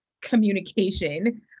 communication